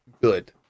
good